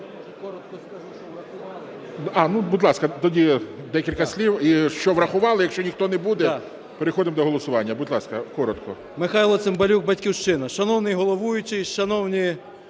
Михайло Цимбалюк, "Батьківщина". Шановний головуючий, шановні